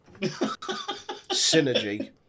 Synergy